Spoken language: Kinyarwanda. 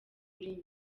kuri